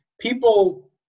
people